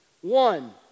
One